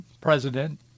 president